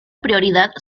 prioridad